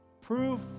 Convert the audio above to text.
Proof